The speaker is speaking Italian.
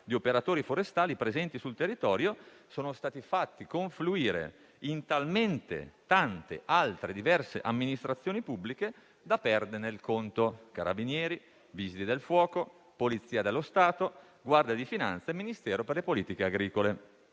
di operatori forestali presenti sul territorio sono stati fatti confluire in talmente tante altre diverse amministrazioni pubbliche da perderne il conto: Carabinieri, Vigili del fuoco, Polizia dello Stato, Guardia di finanza e Ministero delle politiche agricole,